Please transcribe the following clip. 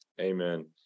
amen